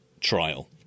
trial